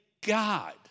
God